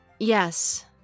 Yes